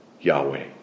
Yahweh